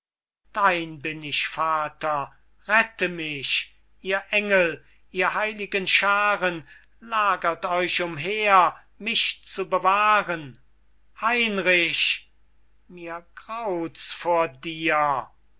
dein bin ich vater rette mich ihr engel ihr heiligen schaaren lagert euch umher mich zu bewahren heinrich mir graut's vor dir